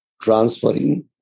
Transferring